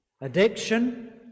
Addiction